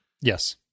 Yes